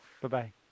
Bye-bye